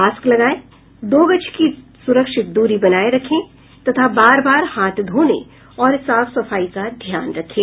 mask लगायें दो गज की सुरक्षित दूरी बनाये रखें तथा बार बार हाथ धोने और साफ सफाई का ध्यान रखें